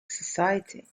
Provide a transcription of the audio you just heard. society